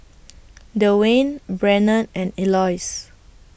Dewayne Brannon and Eloise